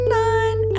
nine